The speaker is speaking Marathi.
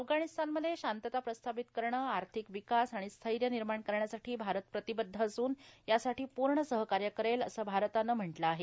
अफगाणिस्तानमधे शांतता प्रस्थापित करणे आर्यिक विकास आणि स्थैर्य निर्माण करण्यासाठी भारत प्रतिबद्ध असून यासाठी पूर्ण सहकार्य करेल असं भारतानं म्हटलं आहे